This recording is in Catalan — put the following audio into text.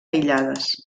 aïllades